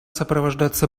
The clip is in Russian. сопровождаться